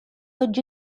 oggi